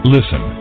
Listen